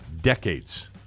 decades